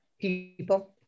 people